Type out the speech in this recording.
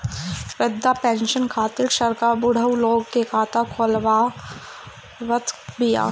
वृद्धा पेंसन खातिर सरकार बुढ़उ लोग के खाता खोलवावत बिया